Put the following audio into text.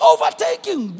Overtaking